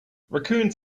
raccoons